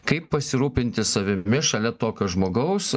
kaip pasirūpinti savimi šalia tokio žmogaus